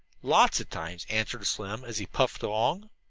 lots of times, answered slim, as he puffed along,